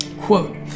Quote